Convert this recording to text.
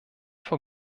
vor